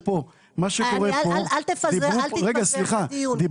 אל תתפזר בדיון.